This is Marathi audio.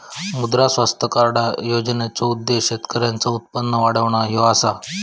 मुद्रा स्वास्थ्य कार्ड योजनेचो उद्देश्य शेतकऱ्यांचा उत्पन्न वाढवणा ह्यो असा